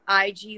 IG